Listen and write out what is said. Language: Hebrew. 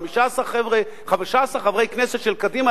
15 חברי כנסת של קדימה,